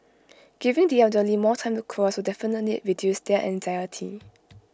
giving the elderly more time to cross will definitely reduce their anxiety